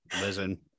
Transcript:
listen